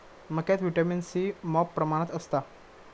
मक्यात vitamin C मॉप प्रमाणात असता